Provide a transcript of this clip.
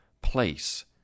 place